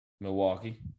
Milwaukee